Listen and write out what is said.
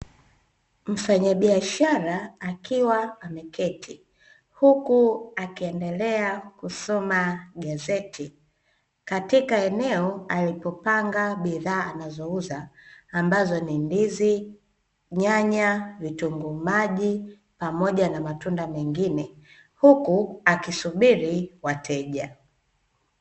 Mfanyabiashara akiwa ameketi huku akiendelea kusoma gazeti katika eneo alipopanga bidhaa anazouza ambazo ni ndizi, nyanya, vitunguu maji pamoja na matunda mengine huku akisubiri wateja.